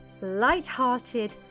light-hearted